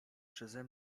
przeze